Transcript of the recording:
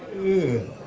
ooh!